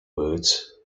words